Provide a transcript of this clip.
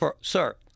sir